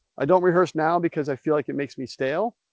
i don't rehearse now, because i feel like it makes me stale,